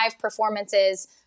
performances